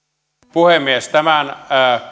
puhemies tämän